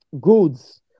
goods